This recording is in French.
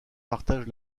partagent